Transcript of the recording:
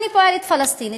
אני פועלת פלסטינית,